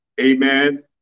Amen